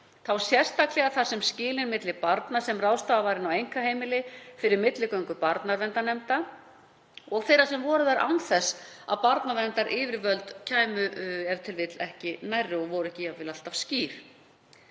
þá sérstaklega þar sem skilin milli barna sem ráðstafað var inn á einkaheimili fyrir milligöngu barnaverndarnefnda og þeirra sem voru þar án þess að barnaverndaryfirvöld kæmu nærri voru ef til vill ekki alltaf skýr.